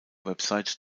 website